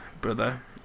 brother